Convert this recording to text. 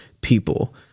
people